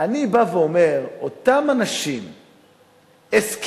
אני בא ואומר: אותם אנשים הסכימו,